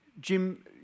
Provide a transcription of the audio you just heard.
Jim